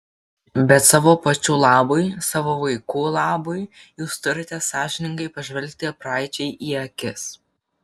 bet savo pačių labui savo vaikų labui jūs turite sąžiningai pažvelgti praeičiai į akis